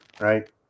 right